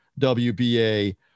WBA